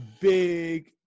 big